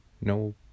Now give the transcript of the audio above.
No